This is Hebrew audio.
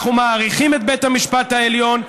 אנחנו מעריכים את בית המשפט העליון,